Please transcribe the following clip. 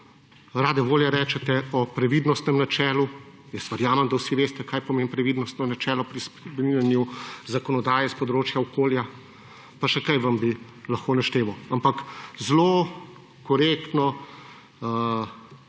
rade volje rečete o previdnostnem načelu – jaz verjamem, da vsi veste, kaj pomeni previdnostno načelo pri spreminjanju zakonodaje s področja okolja, pa še kaj vam bi lahko našteval. Ampak, zelo korektno vas